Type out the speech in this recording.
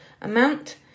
amount